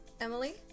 Emily